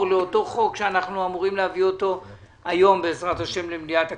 לאותו חוק שאנחנו אמורים להביא אותו היום בעזרת השם למליאת הכנסת.